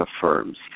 firms